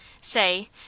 Say